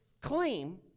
claim